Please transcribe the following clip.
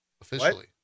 officially